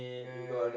yeah yeah